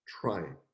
Trying